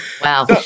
Wow